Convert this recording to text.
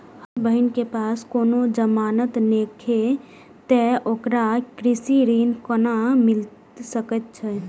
हमर बहिन के पास कोनो जमानत नेखे ते ओकरा कृषि ऋण कोना मिल सकेत छला?